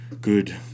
Good